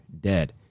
dead